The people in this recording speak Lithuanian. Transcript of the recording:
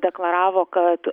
deklaravo kad